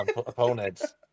Opponents